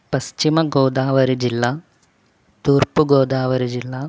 పశ్చిమ గోదావరి జిల్లా తూర్పుగోదావరి జిల్లా